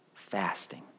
fasting